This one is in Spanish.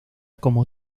como